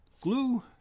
glue